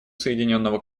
соединенного